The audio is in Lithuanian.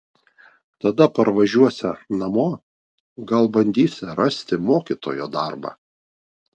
tada parvažiuosią namo gal bandysią rasti mokytojo darbą